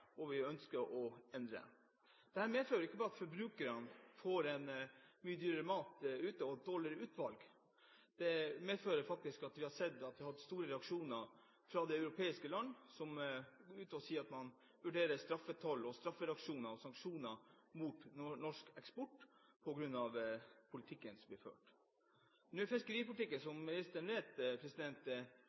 og som vi ønsker å endre. Det medfører ikke bare at forbrukerne får mye dyrere mat ute og dårligere utvalg, vi har også sett at vi har fått store reaksjoner fra de europeiske landene, som går ut og sier at man vurderer straffetoll og straffereaksjoner og sanksjoner mot norsk eksport på grunn av politikken som blir ført. Fiskeripolitikken er, som ministeren vet,